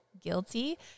guilty